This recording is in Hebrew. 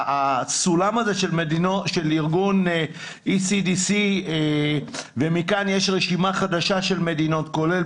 הסולם הזה של ארגון ECDC ומכאן יש רשימה חדשה של מדינות כולל,